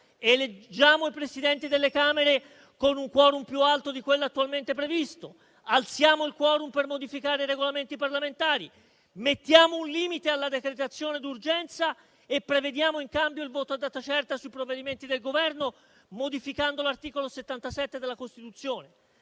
eleggiamo i Presidenti delle Camere con un *quorum* più alto di quello attualmente previsto; alziamo il *quorum* per modificare i Regolamenti parlamentari; mettiamo un limite alla decretazione d'urgenza e prevediamo in cambio il voto a data certa su provvedimenti del Governo, modificando l'articolo 77 della Costituzione.